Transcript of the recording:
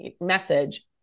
message